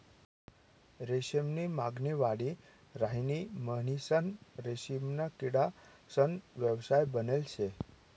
रेशीम नी मागणी वाढी राहिनी म्हणीसन रेशीमना किडासना व्यवसाय बनेल शे